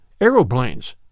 aeroplanes